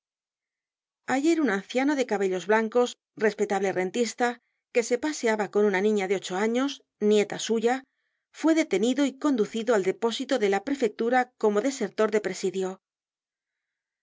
ayer un anciano de cabellos blancos respetable rentista que se paseaba con una niña de ocho años nieta suya fue detenido y conducido al depósito de la prefectura como desertor de presidio